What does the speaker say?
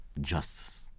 justice